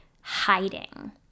hiding